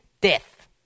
death